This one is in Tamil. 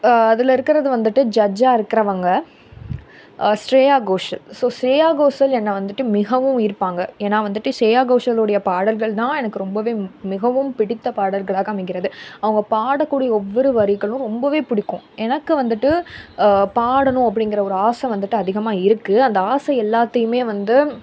அதில் இருக்கிறது வந்துட்டு ஜட்ஜாக இருக்கிறவங்க ஷ்ரேயா கோஷல் ஸோ ஷ்யா கோஷல் என்னை வந்துட்டு மிகவும் ஈர்ப்பாங்க ஏன்னா வந்துட்டு ஷ்ரேயா கோஷலோடைய பாடல்கள் தான் எனக்கு ரொம்பவே மிகவும் பிடித்த பாடல்களாக அமைகிறது அவங்க பாடக்கூடிய ஒவ்வொரு வரிகளும் ரொம்பவே பிடிக்கும் எனக்கு வந்துட்டு பாடணும் அப்படிங்கிற ஒரு ஆசை வந்துட்டு அதிகமா இருக்குது அந்த ஆசை எல்லாத்தேயுமே வந்து